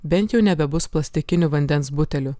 bent jau nebebus plastikinių vandens butelių